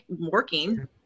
Working